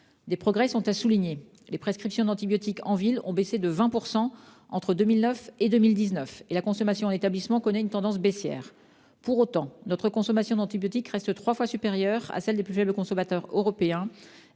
Des progrès sont à souligner : les prescriptions d'antibiotiques en ville ont baissé de 20 % entre 2009 et 2019 et la consommation en établissement connaît une tendance baissière. Pour autant, notre consommation d'antibiotiques reste trois fois supérieure à celle des plus faibles consommateurs européens